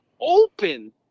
open